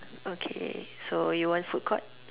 okay so you want food court